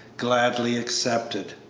gladly accepted.